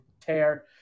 tear